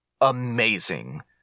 amazing